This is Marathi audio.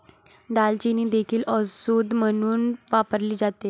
दालचिनी देखील औषध म्हणून वापरली जाते